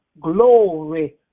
glory